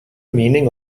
meaning